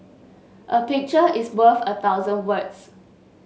a picture is worth a thousand words